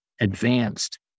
advanced